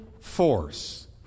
force